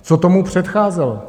Co tomu předcházelo?